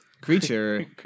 creature